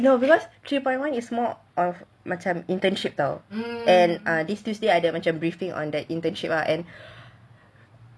no because three point one is more of macam internship [tau] and these tuesday ada briefing on the internship ah and then